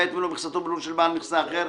את מלוא מכסתו בלול של בעל מכסה אחר,